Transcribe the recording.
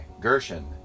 Gershon